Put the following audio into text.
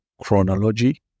chronology